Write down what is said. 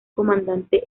comandante